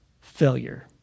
failure